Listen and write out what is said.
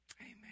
Amen